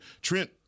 Trent